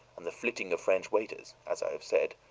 and the flitting of french waiters, as i have said,